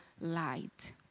light